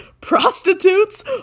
prostitutes